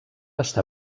està